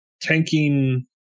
tanking